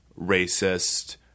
Racist